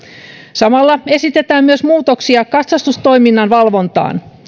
samalla esitetään myös muutoksia katsastustoiminnan valvontaan